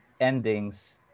endings